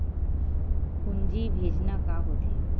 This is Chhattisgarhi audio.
पूंजी भेजना का होथे?